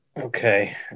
Okay